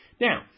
Now